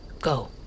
Go